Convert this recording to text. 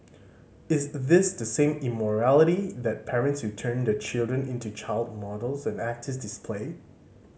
is this the same immorality that parents who turn their children into child models and actor display